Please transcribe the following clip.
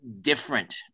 different